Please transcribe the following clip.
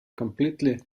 completely